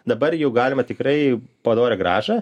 dabar jau galima tikrai padorią grąžą